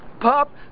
pop